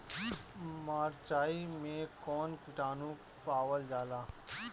मारचाई मे कौन किटानु पावल जाला?